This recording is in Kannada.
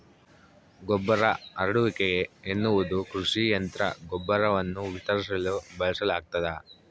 ಗೊಬ್ಬರ ಹರಡುವಿಕೆ ಎನ್ನುವುದು ಕೃಷಿ ಯಂತ್ರ ಗೊಬ್ಬರವನ್ನು ವಿತರಿಸಲು ಬಳಸಲಾಗ್ತದ